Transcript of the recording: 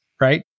right